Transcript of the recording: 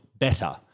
better